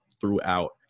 throughout